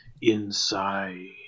inside